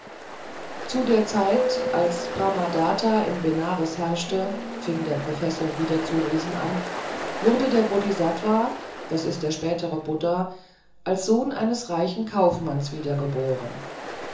zu der zelt als brahmadatta in benares herrschte fing der professor wieder zu lesen an wurde der bodhisatwa das ist der spätere buddha als sohn eines reichen kaufmanns wiedergeboren